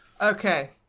Okay